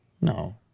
no